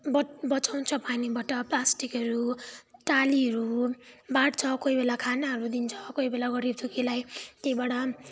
बच बचाउँछ पानीबाट प्लास्टिकहरू टालीहरू बाँड्छ कोही बेला खानाहरू दिन्छ कोही बेला गरिब दुःखीलाई त्यहीँबाट